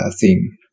theme